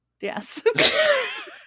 yes